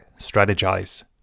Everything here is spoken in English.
Strategize